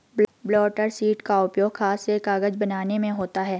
blotter sheet का उपयोग हाथ से कागज बनाने में होता है